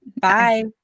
Bye